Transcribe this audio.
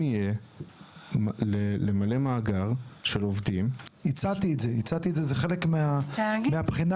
יהיה למלא מאגר של עובדים --- הצעתי את זה; זה לא כל כך